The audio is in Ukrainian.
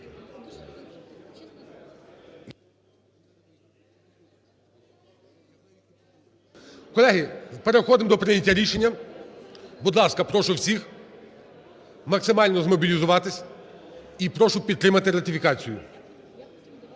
Колеги, переходимо до прийняття рішення. Будь ласка, прошу всіх максимально змобілізуватися і прошу підтримати ратифікацію.